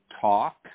talk